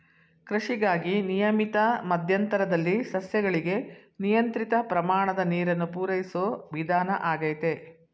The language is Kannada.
ಕೃಷಿಗಾಗಿ ನಿಯಮಿತ ಮಧ್ಯಂತರದಲ್ಲಿ ಸಸ್ಯಗಳಿಗೆ ನಿಯಂತ್ರಿತ ಪ್ರಮಾಣದ ನೀರನ್ನು ಪೂರೈಸೋ ವಿಧಾನ ಆಗೈತೆ